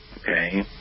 okay